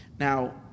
Now